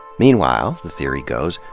meanwhi le, the theory goes,